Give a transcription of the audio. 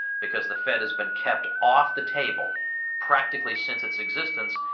because the fed has been kept off the table practically since its existence,